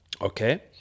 okay